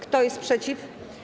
Kto jest przeciw?